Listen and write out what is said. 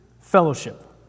fellowship